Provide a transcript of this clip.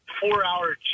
four-hour